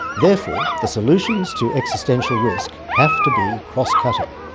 therefore the solutions to existential risk have to be crosscutting.